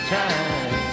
time